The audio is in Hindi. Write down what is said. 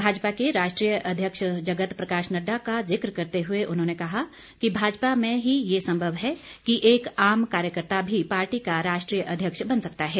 भाजपा के राष्ट्रीय अध्यक्ष जगत प्रकाश नड्डा का जिक्र करते हुए उन्होंने कहा कि भाजपा में ही ये संभव है कि एक आम कार्यकर्ता भी पार्टी का राष्ट्रीय अध्यक्ष बन सकता है